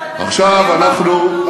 בגלל איכות הסביבה והמרחב הפתוח.